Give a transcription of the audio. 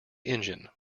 engine